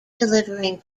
delivering